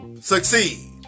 succeed